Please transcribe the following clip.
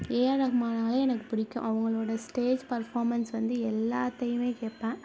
ஏ R ரகுமானாலே எனக்கு பிடிக்கும் அவங்களோட ஸ்டேஜ் பர்ஃபார்மன்ஸ் வந்து எல்லாத்தையுமே கேட்பேன்